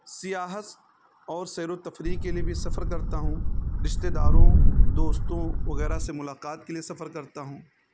سیاحت اور سیر و تفریح کے لیے بھی سفر کرتا ہوں رشتتے داروں دوستوں وغیرہ سے ملاقات کے لیے سفر کرتا ہوں